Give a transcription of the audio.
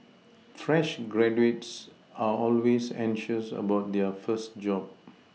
fresh graduates are always anxious about their first job